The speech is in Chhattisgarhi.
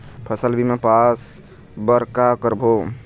फसल बीमा पास बर का करबो?